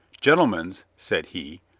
gentlemans, said he,